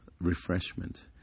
refreshment